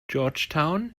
georgetown